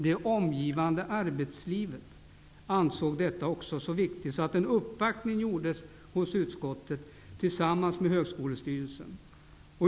''Det omgivande arbetslivet'' ansåg detta så viktigt att en uppvaktning gjordes hos utskottet tillsammans med Högskolestyrelsen.